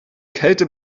kälte